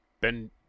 Ben